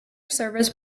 service